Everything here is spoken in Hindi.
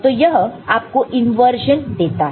तो यह आपको इंवर्जन देता है